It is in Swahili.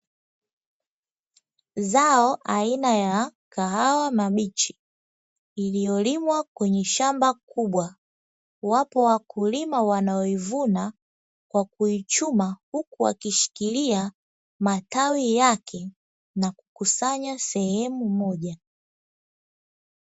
Zao aina ya kahawa mabichi iliyolimwa kwenye shamba kubwa, wapo wakulima wanaoivuna kwa kuichuma huku wakishikilia matawi yake na kuikusanya sehemu moja.